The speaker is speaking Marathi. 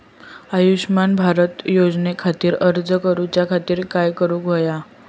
आयुष्यमान भारत योजने खातिर अर्ज करूच्या खातिर काय करुक होया?